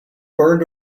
burned